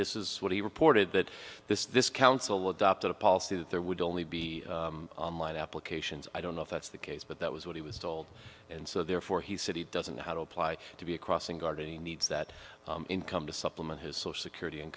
this is what he reported that this this council adopted a policy that there would only be online applications i don't know if that's the case but that was what he was told and so therefore he said he doesn't know how to apply to be a crossing guard needs that income to supplement his social security